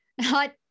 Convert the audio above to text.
hot